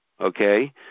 okay